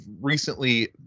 recently